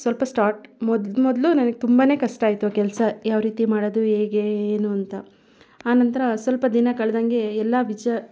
ಸ್ವಲ್ಪ ಸ್ಟಾರ್ಟ್ ಮೊದ ಮೊದಲು ನನಗೆ ತುಂಬನೇ ಕಷ್ಟ ಆಯಿತು ಕೆಲಸ ಯಾವ ರೀತಿ ಮಾಡೋದು ಹೇಗೆ ಏನು ಅಂತ ಆ ನಂತರ ಸ್ವಲ್ಪ ದಿನ ಕಳ್ದಂತೆ ಎಲ್ಲ ವಿಚ